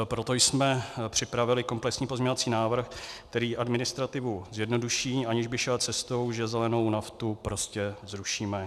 Proto jsme připravili komplexní pozměňovací návrh, který administrativu zjednoduší, aniž by šel cestou, že zelenou naftu prostě zrušíme.